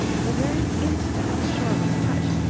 the very instant the shore was touched,